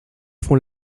font